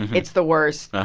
it's the worst.